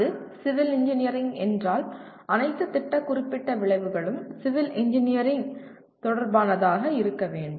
அது civil engineering என்றால் அனைத்து திட்ட குறிப்பிட்ட விளைவுகளும் சிவில் இன்ஜினியரிங் தொடர்பானதாக இருக்க வேண்டும்